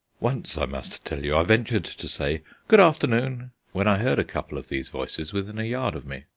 once, i must tell you, i ventured to say good afternoon when i heard a couple of these voices within a yard of me.